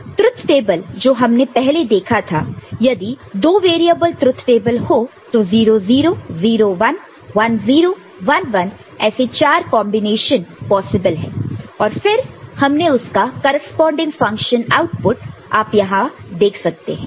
truth table जो हमने पहले देखा था यदि दो वेरिएबल ट्रुथ टेबल हो तो 0 0 0 1 1 0 1 1 ऐसे चार कंबीनेशन पॉसिबल है और फिर हमने उसका करेस्पॉन्डिंग फंक्शन आउटपुट आप यहां देख सकते है